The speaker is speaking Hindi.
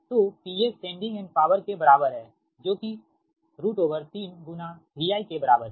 तो PS सेंडिंग एंड पॉवर के बराबर है जो कि 3 VI के बराबर है